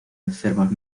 enfermos